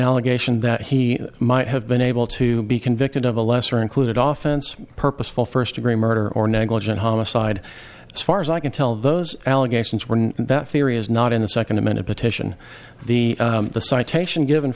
allegation that he might have been able to be convicted of a lesser included often purposeful first degree murder or negligent homicide as far as i can tell those allegations were that theory is not in the second amended petition the citation given